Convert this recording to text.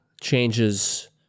changes